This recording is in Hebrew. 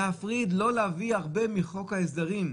לא להביא הרבה מחוק ההסדרים.